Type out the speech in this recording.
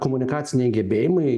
komunikaciniai gebėjimai